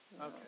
Okay